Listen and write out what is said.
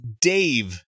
Dave